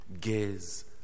gaze